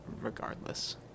regardless